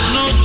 no